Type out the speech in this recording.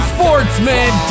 Sportsman